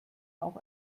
auch